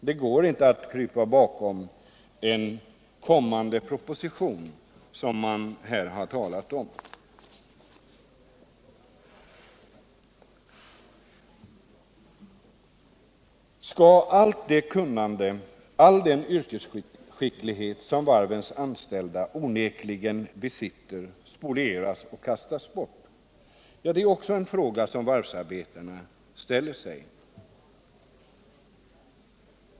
Det går inte att krypa bakom en kommande proposition, som man här har talat om. Skall allt det kunnande, all den yrkesskicklighet, som varvens anställda onekligen besitter, spolieras och kastas bort? Det är också en fråga som varvsarbetarna ställer sig.